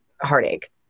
heartache